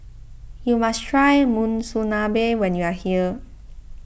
you must try Monsunabe when you are here